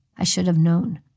i should have known.